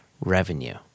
revenue